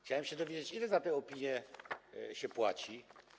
Chciałbym się dowiedzieć, ile za te opinie się płaci.